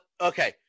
Okay